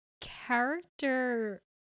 character